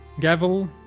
Gavel